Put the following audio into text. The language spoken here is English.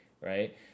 right